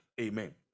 amen